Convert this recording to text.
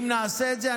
אם נעשה את זה,